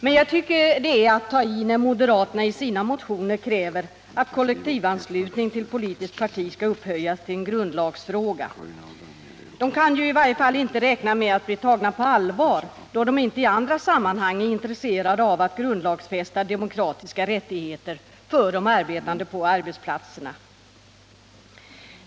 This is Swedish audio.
Men jag tycker det är att ta i när moderaterna i sina motioner kräver att kollektivanslutning till politiskt parti skall upphöjas till en grundlagsfråga. De kan ju inte räkna med att bli tagna på allvar, då de inte i andra sammanhang är intresserade av att grundlagsfästa demokratiska rättigheter för de arbetande på arbetsplatserna.